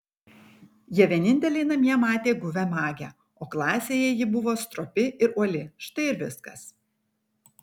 jie vieninteliai namie matė guvią magę o klasėje ji buvo stropi ir uoli štai ir viskas